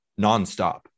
nonstop